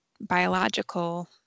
biological